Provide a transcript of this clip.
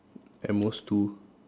at most two